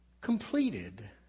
completed